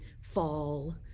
fall